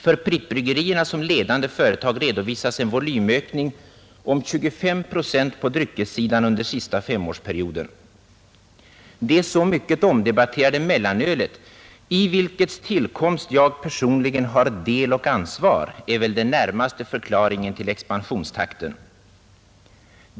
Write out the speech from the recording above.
För Pripp-bryggerierna som ledande företag redovisas en volymökning om 25 Z på dryckessidan under sista S-årsperioden. Det så mycket omdebatterade mellanölet i vilkets tillkomst jag personligen har del och ansvar är väl den närmaste förklaringen till expansionstakten.